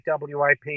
WIP